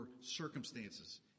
circumstances